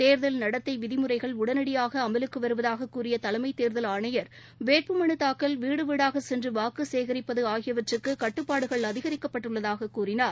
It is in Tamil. தேர்தல் நடத்தை விதிமுறைகள் உடனடியாக அமலுக்கு வருவதாக கூறிய தலைமைத்தேர்தல் ஆணையர் வேட்புமனு தாக்கல் வீடு வீடாக சென்று வாக்கு சேகரிப்பது ஆகியவற்றுக்கு கட்டுப்பாடுகள் அதிகரிக்கப்பட்டுள்ளதாக கூறினார்